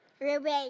Ruby